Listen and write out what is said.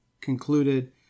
concluded